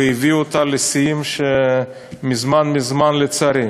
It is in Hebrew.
והביא אותה לשיאים שמזמן מזמן, לצערי,